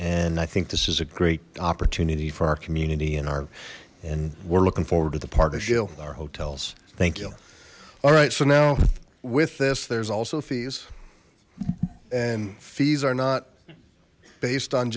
and i think this is a great opportunity for our community and our and we're looking forward to the part of jill with our hotels thank you alright so now with this there's also fees and fees are not based on